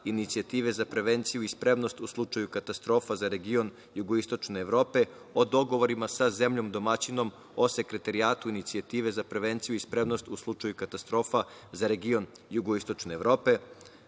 Inicijative za prevenciju i spremnost u slučaju katastrofa za region jugoistočne Evrope o dogovorima sa zemljom domaćinom o Sekretarijatu Inicijative za prevenciju i spremnost u slučaju katastrofa za region jugoistočne Evrope.